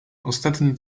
ostatni